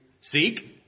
Seek